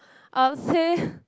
I would say